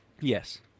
Yes